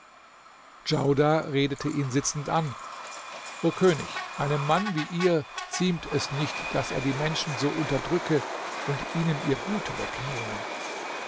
djaudar redete ihn sitzend an o könig einem mann wie ihr ziemt es nicht daß er die menschen so unterdrücke und ihnen ihr gut wegnehme